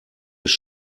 ist